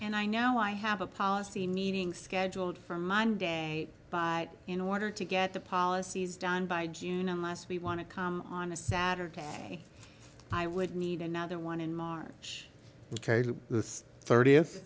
and i know i have a policy meeting scheduled for monday by in order to get the policies done by june unless we want to come on a saturday i would need another one in march ok to the thirtieth